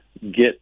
get